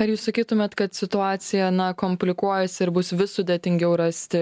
ar jūs sakytumėt kad situacija na komplikuojasi ir bus vis sudėtingiau rasti